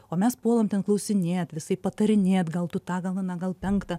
o mes puolam ten klausinėt visaip patarinėt gal tu tą gal aną gal penktą